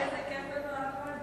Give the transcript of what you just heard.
איזה כיף לנו, אחמד.